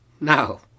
No